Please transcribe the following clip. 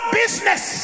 business